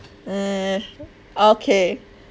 okay